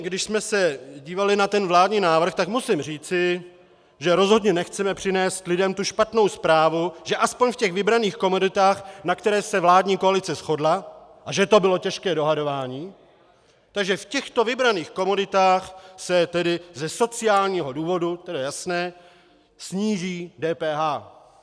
Když jsme se dívali na vládní návrh, tak musím říci, že rozhodně nechceme přinést lidem tu špatnou zprávu, že aspoň v těch vybraných komoditách, na kterých se vládní koalice shodla, a že to bylo těžké dohadování, tak že v těchto vybraných komoditách se ze sociálního důvodu, to je jasné, sníží DPH.